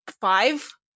five